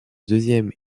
deuxième